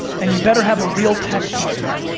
and you better have a real tech partner,